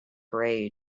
rage